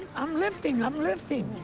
i'm lifting, i'm lifting.